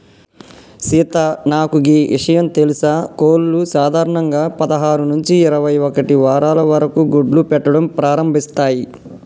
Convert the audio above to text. సీత నాకు గీ ఇషయం తెలుసా కోళ్లు సాధారణంగా పదహారు నుంచి ఇరవై ఒక్కటి వారాల వరకు గుడ్లు పెట్టడం ప్రారంభిస్తాయి